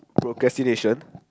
procrastination